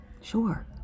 Sure